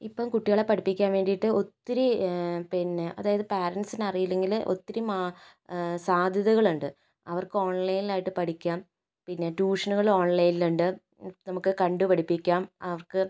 ഇപ്പം കുട്ടികളെ പഠിപ്പിക്കാൻ വേണ്ടിയിട്ട് ഒത്തിരി പിന്നെ അതായത് പാരൻസിന് അറിയില്ലെങ്കിൽ ഒത്തിരി മാ സാദ്ധ്യതകൾ ഉണ്ട് അവർക്ക് ഓൺലൈനിലായിട്ട് പഠിക്കാം പിന്നെ ട്യൂഷനുകൾ ഓൺലൈനിലുണ്ട് നമുക്ക് കണ്ടു പഠിപ്പിക്കാം അവർക്ക്